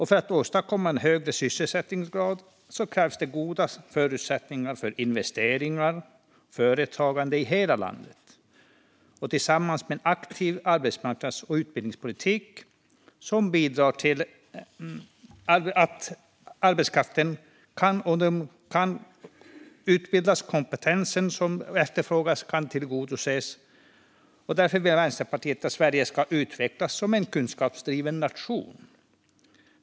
För att åstadkomma en högre sysselsättningsgrad krävs goda förutsättningar för investeringar och företagande i hela landet, tillsammans med en aktiv arbetsmarknads och utbildningspolitik som bidrar till att arbetskraften utbildas så att efterfrågan på kompetens kan tillgodoses. Vänsterpartiet vill att Sverige ska utvecklas som en kunskapsdriven nation.